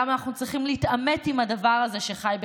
למה אנחנו צריכים להתעמת עם הדבר הזה שחי בקרבנו?